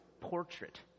portrait